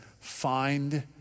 find